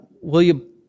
William